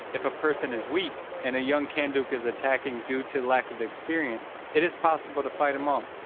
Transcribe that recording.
if a person is weak, and a young kanduk is attacking due to lack of experience, it is possible to fight him off.